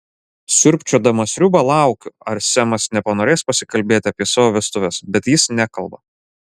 sriubčiodama sriubą laukiu ar semas nepanorės pasikalbėti apie savo vestuves bet jis nekalba